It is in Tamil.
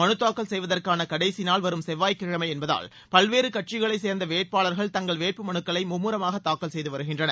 மனு தாக்கல் செய்வதற்கான கடைசி நாள் வரும் செவ்வாய்க்கிழமை என்பதால் பல்வேறு கட்சிகளைச் சேர்ந்த வேட்பாளர்கள் தங்கள் வேட்பு மனுக்களை மும்மரமாக தாக்கல் செய்து வருகின்றனர்